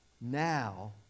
now